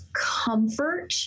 comfort